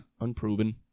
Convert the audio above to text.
Unproven